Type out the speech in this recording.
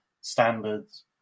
standards